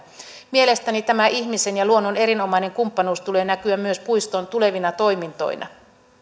mielestäni tämän ihmisen ja luonnon erinomaisen kumppanuuden tulee näkyä myös puiston tulevina toimintoina tämä